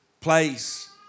place